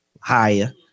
higher